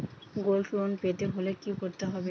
Gold loan পেতে হলে কি করতে হবে?